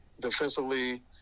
defensively